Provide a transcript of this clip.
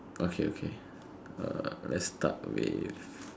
okay okay let's start with